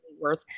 worth